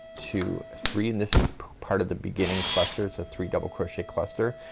two, three and this is part of the beginning cluster. it's a three double crochet cluster.